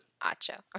Acho